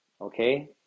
okay